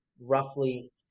roughly